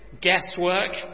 guesswork